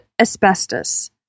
asbestos